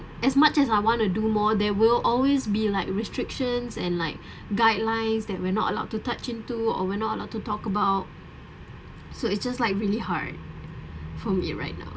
as much as I want to do more there will always be like restrictions and like guidelines that we're not allowed to touch into or we're not allowed to talk about so it's just like really hard for me right now